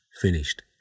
finished